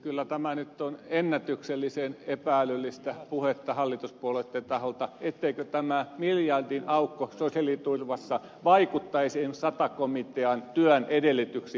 kyllä tämä nyt on ennätyksellisen epä älyllistä puhetta hallituspuolueitten taholta ettei tämä miljardin aukko sosiaaliturvassa vaikuttaisi esimerkiksi sata komitean työn edellytyksiin